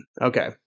Okay